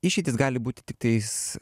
išeitys gali būti tiktais